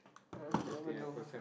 well you never know ah